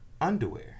Underwear